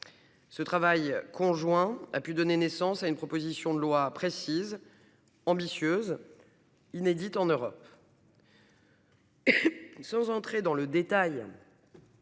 Ce travail conjoint a permis de donner naissance à une proposition de loi précise, ambitieuse et sans précédent en Europe. Sans entrer dans le détail